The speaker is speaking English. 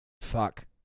Fuck